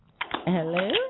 Hello